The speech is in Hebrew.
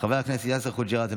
חבר הכנסת עידן רול,